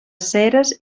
ceres